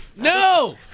No